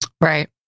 right